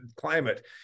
climate